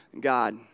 God